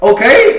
Okay